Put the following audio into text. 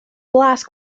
blas